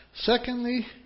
Secondly